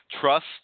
trust